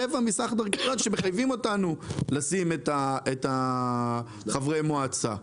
רבע מסך הדירקטוריון שמחייבים אותנו לשים את חברי המועצה,